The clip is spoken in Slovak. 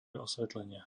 osvetlenia